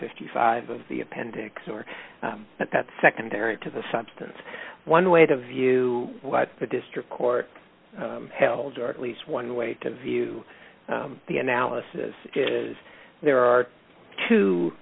fifty five of the appendix or that secondary to the substance one way to view what the district court held or at least one way to view the analysis is there are two